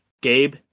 Gabe